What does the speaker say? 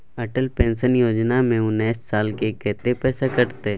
Atal pension Yojana में उनैस साल के कत्ते पैसा कटते?